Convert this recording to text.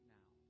now